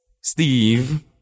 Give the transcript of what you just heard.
Steve